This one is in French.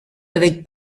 avec